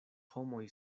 homoj